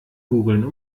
googlen